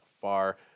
far